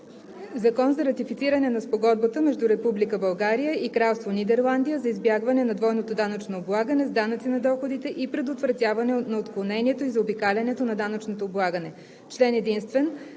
„ЗАКОН за ратифициране на Спогодбата между Република България и Кралство Нидерландия за избягване на двойното данъчно облагане с данъци на доходите и предотвратяване на отклонението и заобикалянето на данъчното облагане Член единствен.